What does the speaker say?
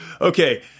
okay